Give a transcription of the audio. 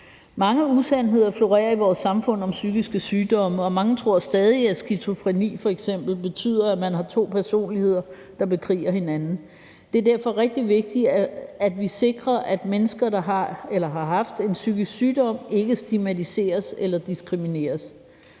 sygdomme florerer i vores samfund, og mange tror stadig, at skizofreni f.eks. betyder, at man har to personligheder, der bekriger hinanden. Det er derfor rigtig vigtigt, at vi sikrer, at mennesker, der har eller har haft en psykisk sygdom, ikke stigmatiseres eller diskrimineres.